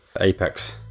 Apex